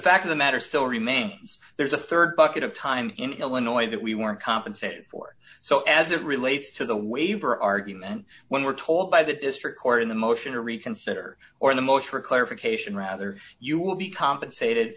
fact of the matter still remains there's a rd bucket of time in illinois that we weren't compensated for so as it relates to the waiver argument when we're told by the district court in the motion to reconsider or the most for clarification rather you will be compensated